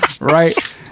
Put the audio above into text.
Right